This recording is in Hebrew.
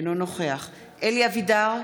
אינו נוכח אלי אבידר,